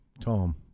Tom